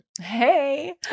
hey